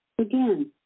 Again